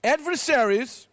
Adversaries